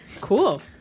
cool